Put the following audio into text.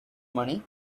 money